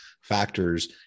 factors